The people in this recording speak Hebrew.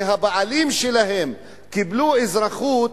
שהבעלים שלהן קיבלו אזרחות,